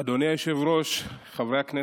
אדוני היושב-ראש, חברי הכנסת,